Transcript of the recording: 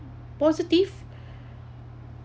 positive